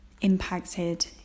impacted